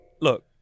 look